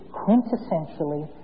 quintessentially